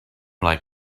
like